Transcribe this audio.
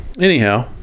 anyhow